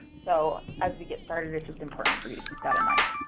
so as we get started it's just important for you to keep that in mind.